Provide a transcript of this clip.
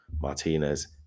Martinez